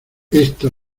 esto